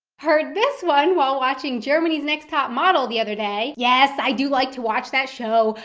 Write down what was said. heard this one while watching germany's next top model the other day yes i do like to watch that show.